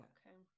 Okay